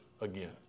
again